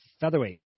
Featherweight